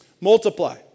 multiply